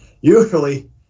usually